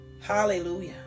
Hallelujah